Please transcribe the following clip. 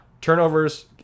Turnovers